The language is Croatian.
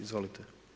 Izvolite.